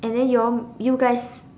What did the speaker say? and then you all you guys